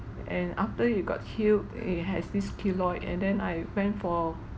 and after you got healed it has this keloid and then I went for